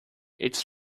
its